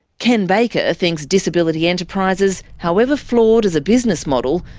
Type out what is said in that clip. ken baker thinks disability enterprises, however flawed as a business model,